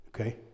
Okay